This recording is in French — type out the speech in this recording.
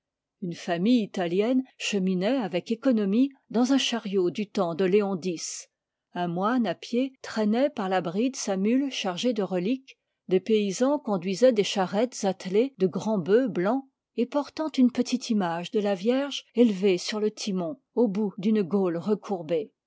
une famille italienne cheminoit avec économie dans un chariot du temps de léon x un moine à pied traînoit par la bride sa mule chargée de reliques des paysans conduisoientdes charrettes attelées de grands bœufs blancs et portant une petite image de la vierge élevée sur le timon au bout d'une gaule recourbée